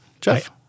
Jeff